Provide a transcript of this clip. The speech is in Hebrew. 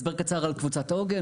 הסבר קצר על קבוצת עוגן.